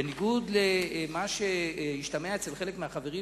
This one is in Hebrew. בניגוד למה שהשתמע אצל חלק מהחברים,